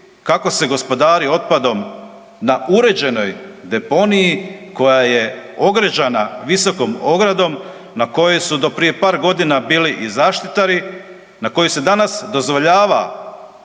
kako se gospodari otpadom na uređenoj deponiji koja je ograđena visokom ogradom na kojoj su do prije par godina bili i zaštitari na koju se danas dozvoljava